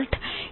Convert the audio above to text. ഇത് r v1 ആണ്